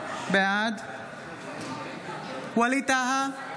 בעד ווליד טאהא,